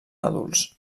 adults